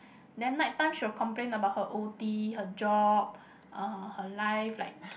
then night time she will complain about her O_T her job err her life like